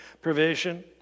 provision